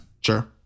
Sure